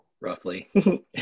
roughly